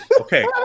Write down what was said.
Okay